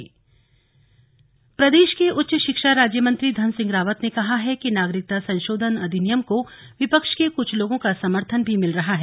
CAA rally Pauri प्रदेश के उच्च शिक्षा राज्य मंत्री धन सिंह रावत ने कहा है कि नागरिकता संशोधन अधिनियम को विपक्ष के कुछ लोगों का समर्थन भी मिल रहा है